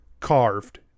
carved